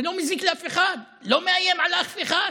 זה לא מזיק לאף אחד, לא מאיים על אף אחד.